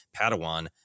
Padawan